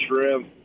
shrimp